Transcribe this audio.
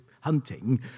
hunting